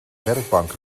werkbank